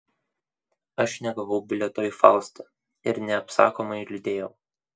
aš negavau bilieto į faustą ir neapsakomai liūdėjau